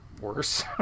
worse